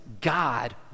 God